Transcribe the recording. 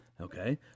Okay